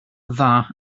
dda